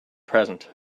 present